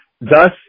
Thus